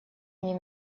ней